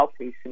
outpatient